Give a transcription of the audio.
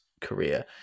career